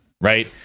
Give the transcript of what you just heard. Right